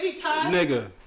Nigga